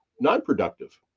non-productive